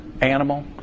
animal